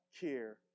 care